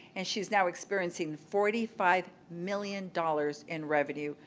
and she's now experiencing forty five million dollars in revenue.